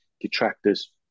detractors